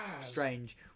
strange